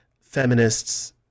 feminists